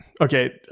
okay